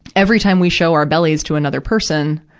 every time we show our bellies to another person,